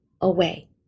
away